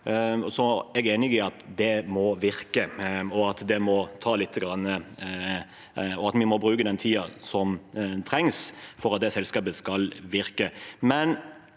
Jeg er enig i at det må virke, og at vi må bruke den tiden som trengs for at det selskapet skal virke.